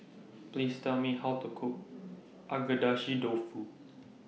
Please Tell Me How to Cook Agedashi Dofu